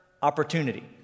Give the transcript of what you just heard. opportunity